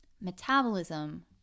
Metabolism